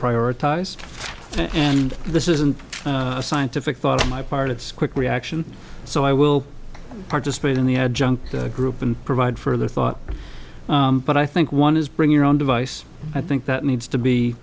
prioritize and this isn't a scientific thought in my part it's quick reaction so i will participate in the adjunct group and provide further thought but i think one is bring your own device i think that needs to be